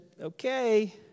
Okay